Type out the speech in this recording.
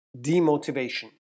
demotivation